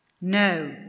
No